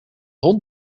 hond